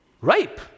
rape